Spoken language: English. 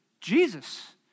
Jesus